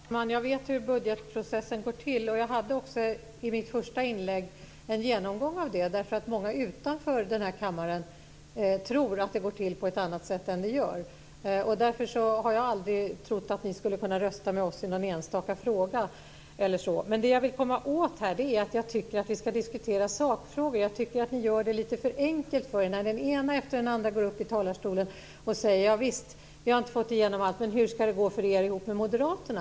Herr talman! Jag vet hur budgetprocessen går till. I mitt första inlägg gjorde jag också en genomgång av den, därför att många utanför denna kammare tror att den går till på ett annat sätt än den gör. Därför har jag aldrig trott att ni skulle kunna rösta med oss i någon enstaka fråga. Men det som jag vill komma åt är att jag tycker att vi ska diskutera sakfrågor. Jag tycker att ni gör det lite för enkelt för er när den ena efter den andra går upp i talarstolen och säger att man inte har fått igenom allt, men hur ska det gå för er ihop med moderaterna?